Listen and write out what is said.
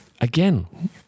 again